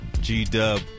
G-Dub